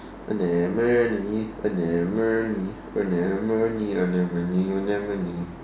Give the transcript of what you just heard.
anemones anemones anemones anemones anemones